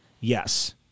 Yes